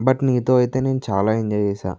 but నీతో అయితే నేను చాలా ఎంజాయ్ చేశాను